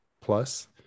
Plus